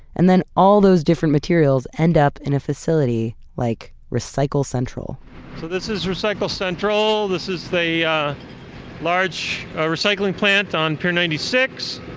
and then all those different materials end up in a facility like recycle central so this is recycle central. this is the yeah large recycling plant on pier ninety six